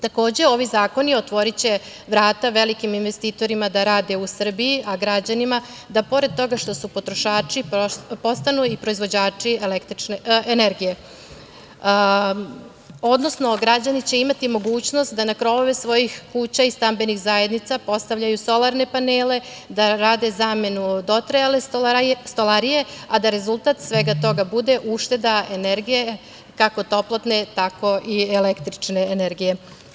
Takođe, ovi zakoni otvoriće vrata velikim investitorima da rade u Srbiji, a građanima da pored toga što su potrošači, postanu i proizvođači električne energije, odnosno građani će imati mogućnost da na krovove svojih kuća i stambenih zajednica postavljaju solarne panele, da rade zamenu dotrajale stolarije, a da rezultat svega toga bude ušteda energije, kako toplotne, tako i električne energije.